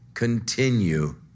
Continue